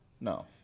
No